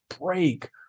break